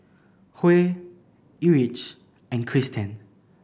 Huey Erich and Cristen